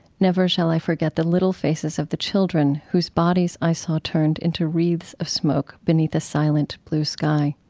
never shall i forget the little faces of the children, whose bodies i saw turned into wreaths of smoke beneath a silent blue sky.